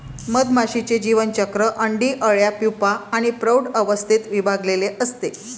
मधमाशीचे जीवनचक्र अंडी, अळ्या, प्यूपा आणि प्रौढ अवस्थेत विभागलेले असते